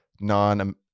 non